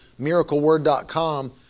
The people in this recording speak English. MiracleWord.com